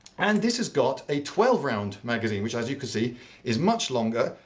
and this has got a twelve round magazine. which as you can see is much longer.